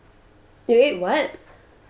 you ate what